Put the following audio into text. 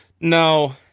No